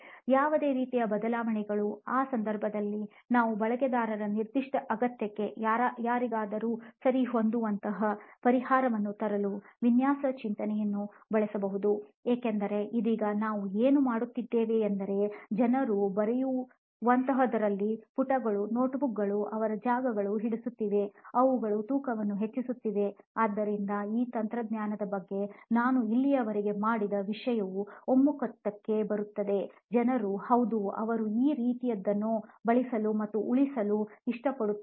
ಯಾವುದೇ ರೀತಿಯ ಬದಲಾವಣೆಗಳು ಆ ಸಂದರ್ಭದಲ್ಲಿ ನಾವು ಬಳಕೆದಾರರ ನಿರ್ದಿಷ್ಟ ಅಗತ್ಯಕ್ಕೆ ಯಾರಿಗಾದರೂ ಸರಿಹೊಂದುವಂತಹ ಪರಿಹಾರವನ್ನು ತರಲು ವಿನ್ಯಾಸ ಚಿಂತನೆಯನ್ನು ಬಳಸಬಹುದು ಏಕೆಂದರೆ ಇದೀಗ ನಾವು ಏನು ಮಾಡುತ್ತಿದ್ದೇವೆಂದರೆ ಜನರು ಬರೆಯುವಂತಹುದರಲ್ಲಿ ಪುಟಗಳು ನೋಟ್ಬುಕ್ಗಳು ಅವರು ಜಾಗವನ್ನು ಹಿಡಿಸುತ್ತವೆ ಮತ್ತು ಅವುಗಳು ತೂಕವನ್ನು ಹೆಚ್ಚಿಸುತ್ತವೆ ಆದ್ದರಿಂದ ಈ ತಂತ್ರಜ್ಞಾನದ ಬಗ್ಗೆ ನಾವು ಇಲ್ಲಿಯವರೆಗೆ ಮಾಡಿದ ವಿಷಯವು ಒಮ್ಮತಕ್ಕೆ ಬರುತ್ತಿದ್ದರೆ ಜನರು ಹೌದು ಅವರು ಈ ರೀತಿಯದ್ದನ್ನು ಬಳಿಸಲು ಮತ್ತು ಉಳಿಸಲು ಇಷ್ಟಪಡುತ್ತಾರೆ